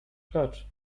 clutch